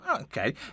Okay